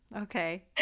Okay